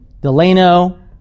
delano